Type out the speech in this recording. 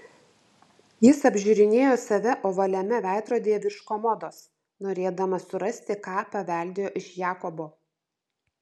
jis apžiūrinėjo save ovaliame veidrodyje virš komodos norėdamas surasti ką paveldėjo iš jakobo